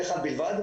המוקדים.